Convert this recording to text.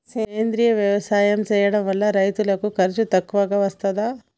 సేంద్రీయ వ్యవసాయం చేయడం వల్ల రైతులకు ఖర్చు తక్కువగా వస్తదా?